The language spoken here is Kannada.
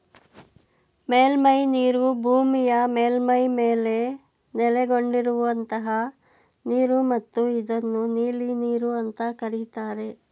ಮೇಲ್ಮೈನೀರು ಭೂಮಿಯ ಮೇಲ್ಮೈ ಮೇಲೆ ನೆಲೆಗೊಂಡಿರುವಂತಹ ನೀರು ಮತ್ತು ಇದನ್ನು ನೀಲಿನೀರು ಅಂತ ಕರೀತಾರೆ